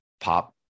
pop